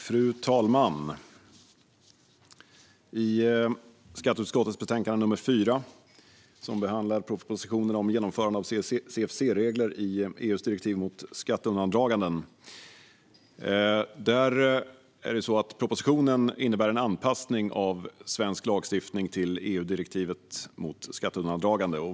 Fru talman! Skatteutskottets betänkande nr 4 behandlar propositionen om genomförande av CFC-regler i EU:s direktiv mot skatteundandraganden. Propositionen innebär en anpassning av svensk lagstiftning till EU-direktivet mot skatteundandraganden.